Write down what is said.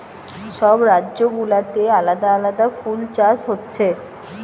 সব রাজ্য গুলাতে আলাদা আলাদা ফুল চাষ হচ্ছে